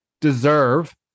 deserve